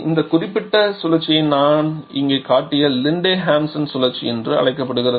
இந்த குறிப்பிட்ட சுழற்சியை நான் இங்கே காட்டிய லிண்டே ஹாம்ப்சன் சுழற்சி என்று அழைக்கப்படுகிறது